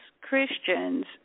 Christians